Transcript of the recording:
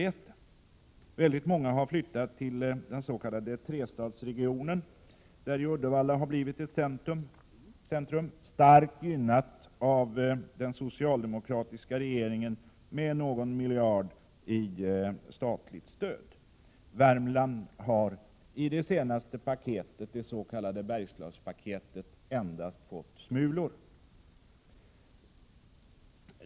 1987/88:127 många har flyttat till den s.k. trestadsregionen, där Uddevalla har blivit ett centrum, starkt gynnat av den socialdemokratiska regeringen med någon miljard i statligt stöd. Värmland har i det senaste ”paketet”, det s.k. Bergslagspaketet, endast fått smulor.